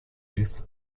youth